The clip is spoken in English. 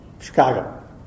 Chicago